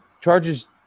charges